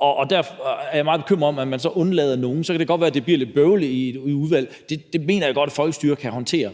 og derfor er jeg meget bekymret over, at man så undlader nogen. Så kan det godt være, at det bliver lidt bøvlet i et udvalg, men det mener jeg godt at folkestyret kan håndtere